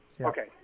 Okay